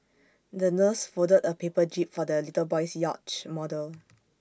the nurse folded A paper jib for the little boy's yacht model